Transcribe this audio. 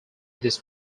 this